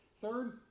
Third